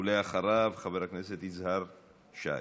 ואחריו, חבר הכנסת יזהר שי.